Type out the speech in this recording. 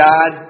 God